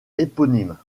éponyme